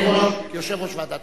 נכון,